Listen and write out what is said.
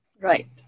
Right